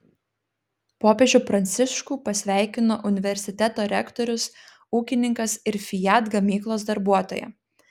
popiežių pranciškų pasveikino universiteto rektorius ūkininkas ir fiat gamyklos darbuotoja